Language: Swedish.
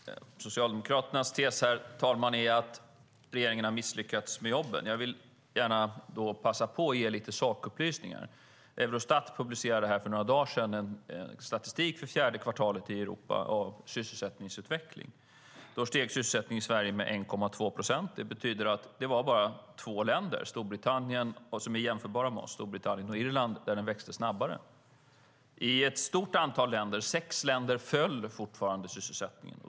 Herr talman! Socialdemokraternas tes är att regeringen har misslyckats med jobben. Jag vill då gärna passa på att ge lite sakupplysningar. Eurostat publicerade för några dagar sedan en statistik för fjärde kvartalet över sysselsättningsutvecklingen i Europa. Då steg sysselsättningen i Sverige med 1,2 procent. Det betyder att det bara var i två med oss jämförbara länder, Storbritannien och Irland, som den växte snabbare. I ett stort antal länder, sex länder, föll fortfarande sysselsättningen.